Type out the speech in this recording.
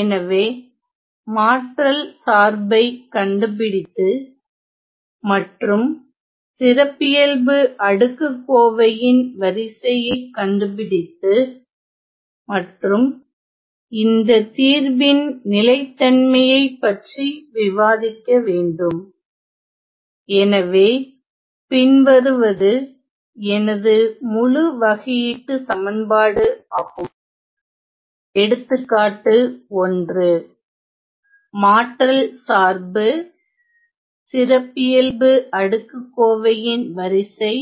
எனவே மாற்றல் சார்பை கண்டுபிடித்து மற்றும் சிறப்பியல்பு அடுக்குக்கோவையின் வரிசையை கண்டுபிடித்து மற்றும் இந்த தீர்வின் நிலைத்தன்மையை பற்றி விவாதிக்க வேண்டும் எனவே பின்வருவது எனது முழு வகையீட்டுச் சமன்பாடு ஆகும் எடுத்துக்காட்டு 1 மாற்றல் சார்பு சிறப்பியல்பு அடுக்குக்கோவையின் வரிசை